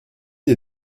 des